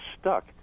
stuck